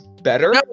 Better